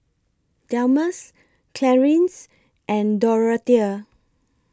Delmus Clarice and Dorathea